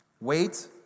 Wait